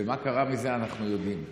ומה קרה מזה אנחנו יודעים.